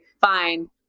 fine